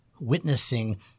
witnessing